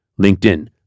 LinkedIn